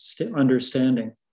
understanding